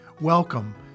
Welcome